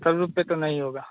चलो फ़िर तो नहीं होगा